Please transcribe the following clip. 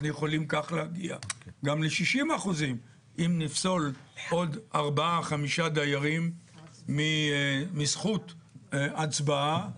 אנחנו יכולים כך להגיע גם ל-60% אם נפסול עוד 4-5 דיירים מזכות הצבעה.